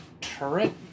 turret